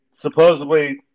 Supposedly